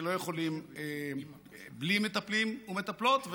שלא יכולים בלי מטפלים ומטפלות,